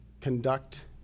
conduct